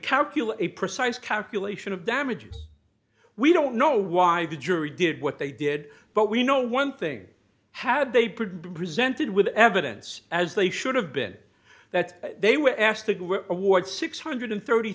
calculate precise calculation of damages we don't know why the jury did what they did but we know one thing had they produce presented with evidence as they should have been that they were asked to award six hundred and thirty